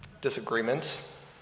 disagreements